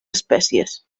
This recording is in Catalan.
espècies